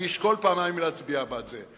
אני אשקול פעמיים אם להצביע בעד זה.